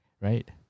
right